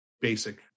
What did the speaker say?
basic